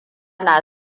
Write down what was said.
na